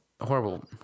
Horrible